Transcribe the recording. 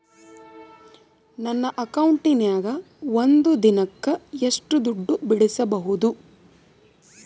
ನನ್ನ ಅಕೌಂಟಿನ್ಯಾಗ ಒಂದು ದಿನಕ್ಕ ಎಷ್ಟು ದುಡ್ಡು ಬಿಡಿಸಬಹುದು?